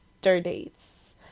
dates